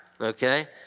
Okay